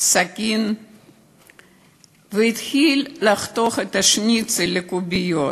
סכין והתחיל לחתוך את השניצל לקוביות.